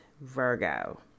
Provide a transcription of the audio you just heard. Virgo